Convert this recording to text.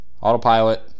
autopilot